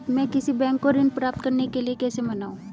मैं किसी बैंक को ऋण प्राप्त करने के लिए कैसे मनाऊं?